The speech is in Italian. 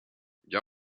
già